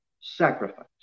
sacrifice